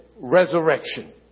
resurrection